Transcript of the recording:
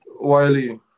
Wiley